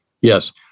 Yes